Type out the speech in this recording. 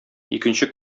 икенче